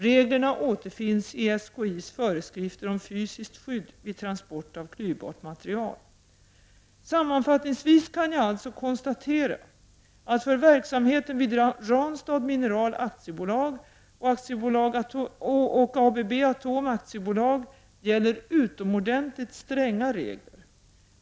Reglerna återfinnes i SKI:s föreskrifter om fysiskt skydd vid transport av klyvbart material. Sammanfattningsvis kan jag alltså konstaterna att för verksamheten vid Ranstad Mineral AB och ABB Atom AB gäller utomordentligt stränga regler.